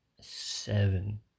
seven